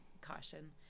caution